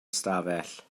ystafell